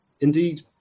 Indeed